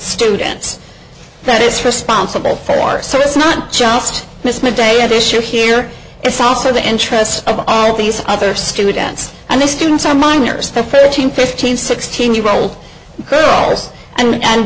students that is responsible for so it's not just miss midday at issue here it's also the interests of all these other students and the students are minors the first hundred fifteen sixteen year old girls and